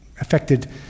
affected